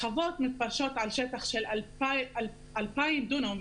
החוות מתפלשות על שטח של 2,000 דונם,